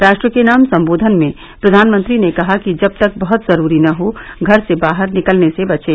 राष्ट्र के नाम सम्बोधन में प्रधानमंत्री ने कहा कि जब तक बहत जरूरी न हो घर से बाहर निकलने से बचें